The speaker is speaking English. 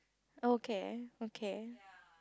okay okay